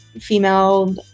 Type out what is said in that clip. female